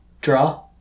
Draw